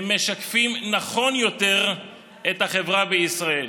הם משקפים נכון יותר את החברה בישראל.